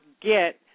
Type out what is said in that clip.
get